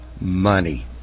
money